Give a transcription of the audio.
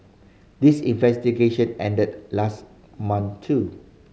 this investigation ended last month too